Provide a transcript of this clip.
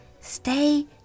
Stay